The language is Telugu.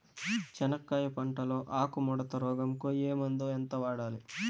చెనక్కాయ పంట లో ఆకు ముడత రోగం కు ఏ మందు ఎంత వాడాలి?